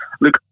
Look